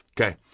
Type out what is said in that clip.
Okay